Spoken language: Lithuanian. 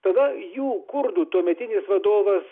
tada jų kurdų tuometinis vadovas